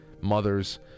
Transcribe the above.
mothers